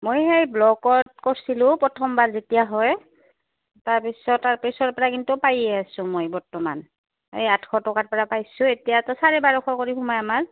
মই সেই ব্লকত কৰিছিলোঁ প্ৰথমবাৰ যেতিয়া হয় তাৰপিছত তাৰ পিছৰ পৰা কিন্তু পায়ে আছোঁ মই বৰ্তমান এই আঠশ টকাৰ পৰা পাইছোঁ এতিয়াত চাৰে বাৰশ কৰি সোমাই আমাৰ